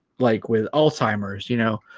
like with alzheimer's you know